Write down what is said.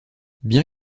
bien